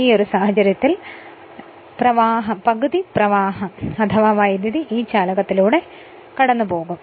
ഈയൊരു സാഹചര്യത്തിൽ സംഭവിക്കുന്നതെന്തെന്നാൽ പകുതി പ്രവാഹം അഥവാ വൈദ്യുതി ഈ ചാലകത്തിലൂടെ കടന്നു പോകുന്നതായിരിക്കും